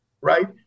Right